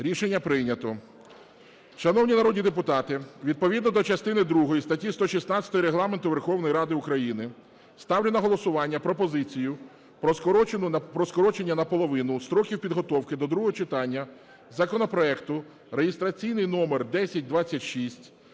Рішення прийнято. Шановні народні депутати, відповідно до частини другої статті 116 Регламенту Верховної Ради України ставлю на голосування пропозицію про скорочення наполовину строків підготовки до другого читання законопроекту (реєстраційний номер 1026),